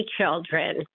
children